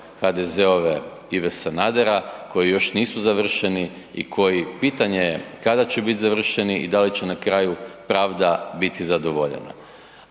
HDZ-ove Ive Sanadera koji još nisu završeni i koji, pitanje je kada će bit završeni i da li će na kraju pravda biti zadovoljena.